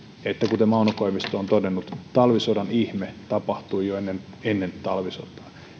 kuten mauno koivisto on todennut että talvisodan ihme tapahtui jo ennen ennen talvisotaa